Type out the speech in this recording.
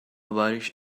about